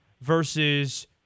versus